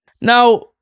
now